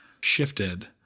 shifted